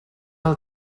del